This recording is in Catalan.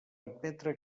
admetre